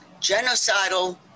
genocidal